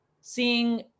seeing